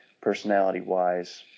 Personality-wise